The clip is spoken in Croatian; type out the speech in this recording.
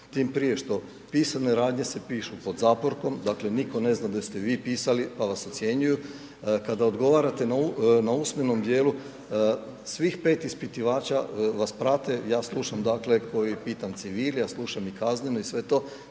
tim prije što pisane radnje se pišu pod zaporkom, dakle nitko ne zna da ste vi pisali, pa vas ocjenjuju, kada odgovarate na usmenom dijelu svih 5 ispitivača vas prate, ja slušam dakle ko je pitan civil, ja slušam i kazneno i sve to,